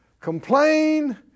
complain